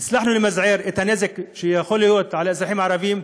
הצלחנו למזער את הנזק שיכול להיות לאזרחים הערבים,